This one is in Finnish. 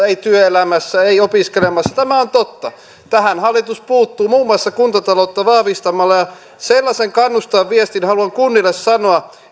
ei työelämässä ei opiskelemassa tämä on totta tähän hallitus puuttuu muun muassa kuntataloutta vahvistamalla ja sellaisen kannustavan viestin haluan kunnille sanoa